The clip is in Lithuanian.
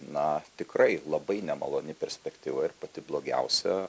na tikrai labai nemaloni perspektyva ir pati blogiausia